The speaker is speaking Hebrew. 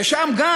ושם גם